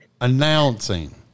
announcing